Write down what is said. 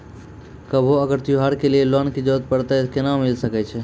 कभो अगर त्योहार के लिए लोन के जरूरत परतै तऽ केना मिल सकै छै?